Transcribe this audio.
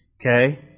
Okay